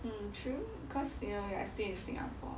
hmm true cause you know you are still in singapore